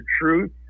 truth